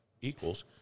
equals